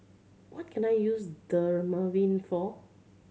what can I use Dermaveen for